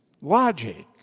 logic